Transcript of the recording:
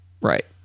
Right